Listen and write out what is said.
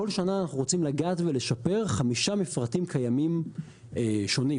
כל שנה אנחנו רוצים לגעת ולשפר חמישה מפרטים קיימים שונים.